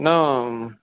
न